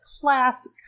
class